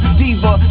diva